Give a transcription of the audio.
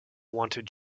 wanted